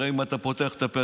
הרי אם אתה פותח את הפה,